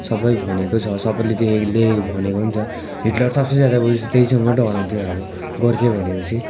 सबै भनेको छ सबैले देखेको लेखेको भनेको पनि छ हिटलर सबसे ज्यादा उएस त्यहीसँग डराउँथ्यो अब गोर्खे भनेपछि